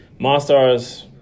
Monstars